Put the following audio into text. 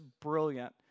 brilliant